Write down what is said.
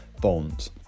bonds